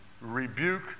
rebuke